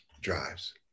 drives